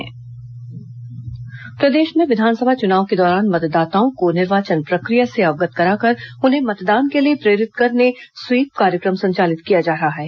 मतदाता जागरूकता अभियान प्रदेश में विधानसभा चुनाव के दौरान मतदाताओं को निर्वाचन प्रक्रिया से अवगत कराकर उन्हें मतदान के लिए प्रेरित करने स्वीप कार्यक्रम संचालित किया जा रहा है